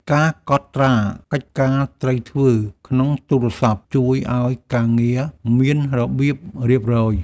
ការកត់ត្រាកិច្ចការត្រូវធ្វើ ក្នុងទូរស័ព្ទ ជួយឱ្យការងារមានរបៀបរៀបរយ។